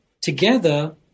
together